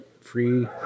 free